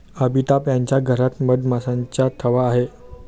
अमिताभ यांच्या घरात मधमाशांचा थवा आहे